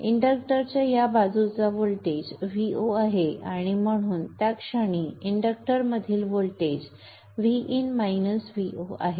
इंडक्टरच्या या बाजूचा व्होल्टेज Vo आहे आणि म्हणून त्या क्षणी इंडक्टरमधील व्होल्टेज Vin वजा Vo आहे